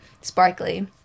sparkly